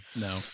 no